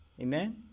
Amen